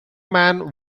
man